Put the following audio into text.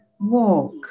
walk